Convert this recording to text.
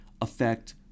affect